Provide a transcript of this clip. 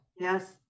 yes